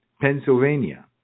Pennsylvania